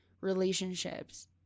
relationships